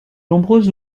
nombreux